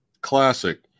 Classic